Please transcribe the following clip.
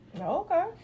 Okay